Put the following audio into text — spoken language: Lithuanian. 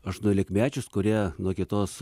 aštuoniolikmečius kurie nuo kitos